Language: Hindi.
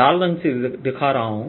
लाल रंग से दिखा रहा हूं